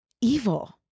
Evil